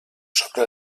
sobre